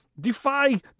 Defy